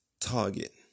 Target